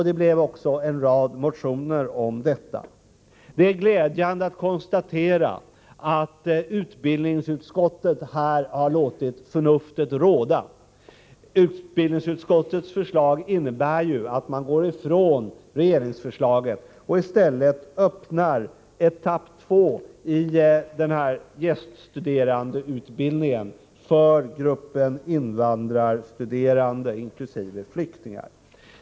Det väcktes också en rad motioner om detta. Det är glädjande att konstatera att utbildningsutskottet här har låtit förnuftet råda. Utbildningsutskottets förslag innebär ju att man går ifrån regeringsförslaget och i stället öppnar etapp 2 i gäststuderandeutbildningen för gruppen invandrarstuderande inkl. flyktingar.